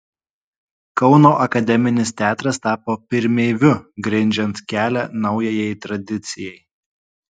kauno akademinis teatras tapo pirmeiviu grindžiant kelią naujajai tradicijai